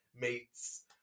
meets